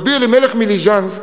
ר' אלימלך מליז'נסק,